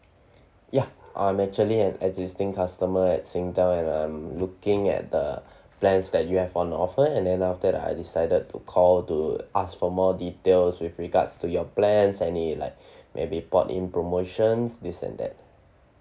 ya I'm actually an existing customer at singtel and I'm looking at the plans that you have on offer and then after that I decided to call to ask for more details with regards to your plans any like maybe port in promotions this and that